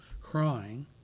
crying